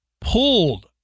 pulled